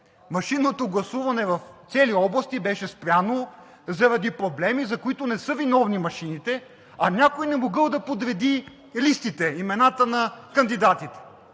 машинното гласуване в цели области беше спряно заради проблеми, за които не са виновни машините, а някой не могъл да подреди листите, имената на кандидатите.